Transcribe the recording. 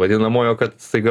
vadinamojo kad staiga